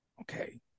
Okay